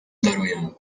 daruję